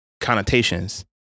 connotations